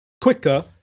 quicker